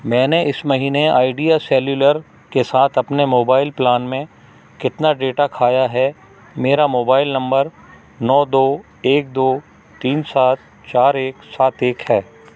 मैंने इस महीने आइडिया सेल्युलर के साथ अपने मोबाइल प्लान में कितना डेटा खाया है मेरा मोबाइल नम्बर नौ दो एक दो तीन सात चार एक सात एक है